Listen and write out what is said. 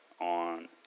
on